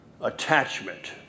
attachment